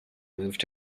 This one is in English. moved